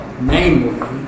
Namely